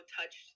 touched